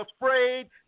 afraid